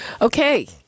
Okay